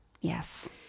Yes